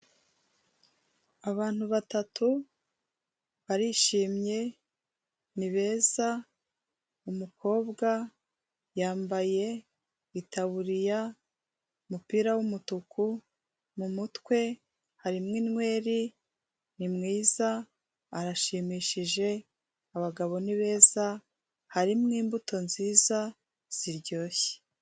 Abantu batatu barishimye ni beza umukobwa yambaye itaburiya umupira w'umutuku mu mutwe harimo inweri, ni mwiza arashimishije abagabo ni beza harimo imbuto nziza ziryoshye.